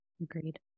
Agreed